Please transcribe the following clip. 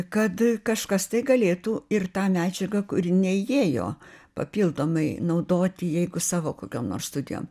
kad kažkas tai galėtų ir tą medžiagą kuri neįėjo papildomai naudoti jeigu savo kokiom nors studijom